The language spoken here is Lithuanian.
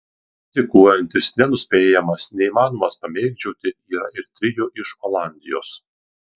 rizikuojantis nenuspėjamas neįmanomas pamėgdžioti yra ir trio iš olandijos